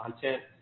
content